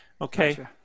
Okay